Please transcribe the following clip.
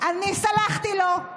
אני סלחתי לו.